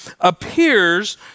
Appears